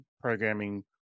programming